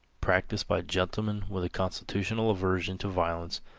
practiced by gentlemen with a constitutional aversion to violence,